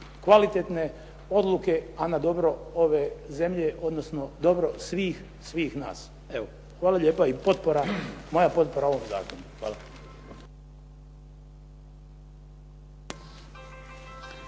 kvalitetne odluke, a na dobro ove zemlje, odnosno dobro svih, svih nas. Evo, hvala lijepo i moja potpora ovom zakonu. Hvala.